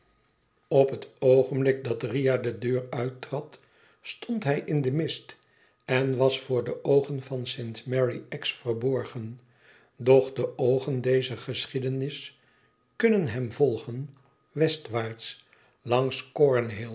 op het oogenblik dat riah de deur uittrad stond hij in den nnist en was voor de oogen van saint mary axe verborgen doch de oogen dezer geschiedenis kunnen hem volgen westwaarts langs